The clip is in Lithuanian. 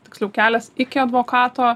tiksliau kelias iki advokato